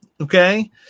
okay